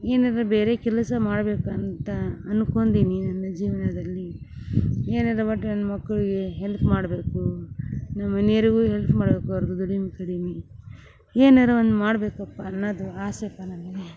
ಏನಾದರು ಬೇರೆ ಕೆಲಸ ಮಾಡಬೇಕಂತ ಅನ್ಕೊಂಡಿದ್ದೀನಿ ನನ್ನ ಜೀವನದಲ್ಲಿ ಏನಾದರು ಒಟ್ಟು ನನ್ನ ಮಕ್ಕಳಿಗೆ ಹೆಲ್ಪ್ ಮಾಡಬೇಕು ನಮ್ಮನಿಯವರಿಗೂ ಹೆಲ್ಪ್ ಮಾಡಬೇಕು ಅವ್ರ ದುಡಿಮೆ ಕಡಿಮೆ ಏನಾರ ಒಂದು ಮಾಡಬೇಕಪ್ಪ ಅನ್ನೋದು ಆಸೆ ಇತ್ತು ನನಗೆ